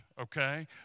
okay